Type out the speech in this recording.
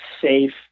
safe